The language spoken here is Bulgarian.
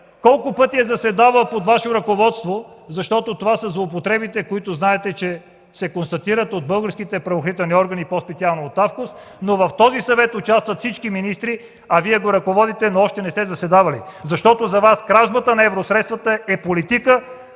с правонарушенията под Ваше ръководство, защото това са злоупотребите, които знаете, че се констатират от българските правоохранителни органи, по-специално от АВКУС, но в този съвет участват всички министри, а Вие го ръководите, но още не сте заседавали. Защото за Вас кражбата на евросредствата е политика,